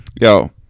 Yo